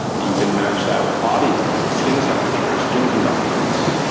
you can match that would audio and skin temperature, skin conductance,